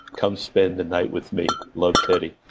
come spend the night with me. love teddy.